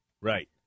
Right